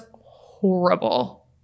horrible